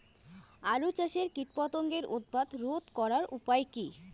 আলু চাষের কীটপতঙ্গের উৎপাত রোধ করার উপায় কী?